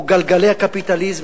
או גלגלי הקפיטליזם,